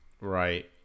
Right